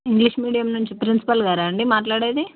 English medium నుంచి principal గారా అండి మాట్లాడేది